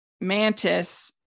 mantis